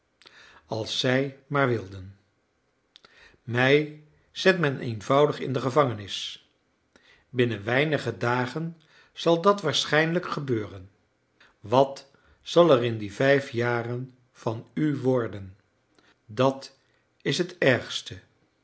als zij maar wilden mij zet men eenvoudig in de gevangenis binnen weinige dagen zal dat waarschijnlijk gebeuren wat zal er in die vijf jaren van u worden dat is het ergste